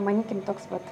manykim toks pat